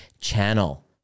channel